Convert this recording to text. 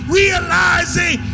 realizing